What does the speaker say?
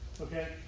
okay